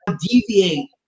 deviate